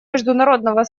международного